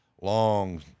Long